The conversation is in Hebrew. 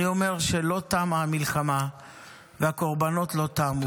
אני אומר שלא תמה המלחמה והקורבנות לא תמו,